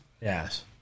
Yes